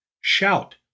Shout